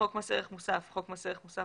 "חוק מס ערך מוסף" חוק מס ערך מוסף,